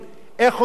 איך אומרים?